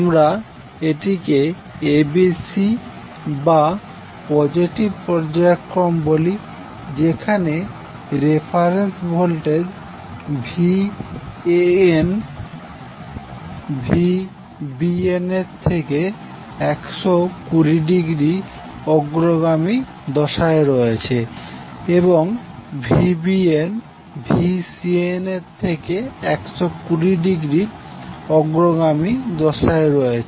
আমরা এটিকে abc বা পজেটিভ পর্যায়ক্রম বলি যেখানে রেফারেন্স ভোল্টেজ Van Vbnএর থেকে 120 ডিগ্রী অগ্রগামী দশায় রয়েছে এবং Vbn Vcn এর থেকে 120 ডিগ্রী অগ্রগামী দশায় রয়েছে